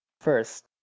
First